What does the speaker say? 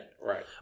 Right